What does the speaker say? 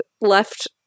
left